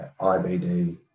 IBD